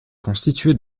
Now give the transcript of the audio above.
constitué